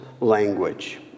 language